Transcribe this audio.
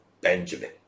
Benjamin